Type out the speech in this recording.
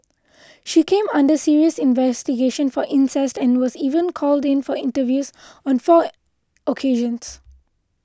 she came under serious investigation for incest and was even called in for interviews on four occasions